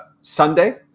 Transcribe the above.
Sunday